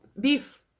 beef